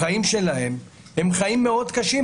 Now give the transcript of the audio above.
החיים שלהם הם חיים מאוד קשים.